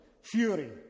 Fury